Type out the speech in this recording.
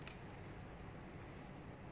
差不多 lah 差不多